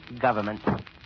government